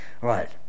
right